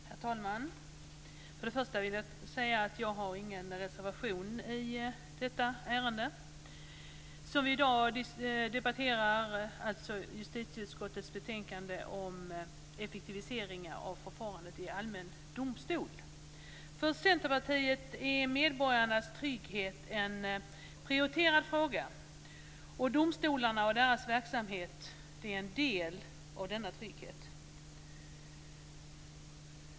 Herr talman! Först och främst vill jag säga att jag inte har någon reservation i detta ärende. I dag debatterar vi alltså justitieutskottets betänkande om effektivisering av förfarandet i allmän domstol. För Centerpartiet är medborgarnas trygghet en prioriterad fråga, och domstolarna och deras verksamhet är en del av denna trygghet.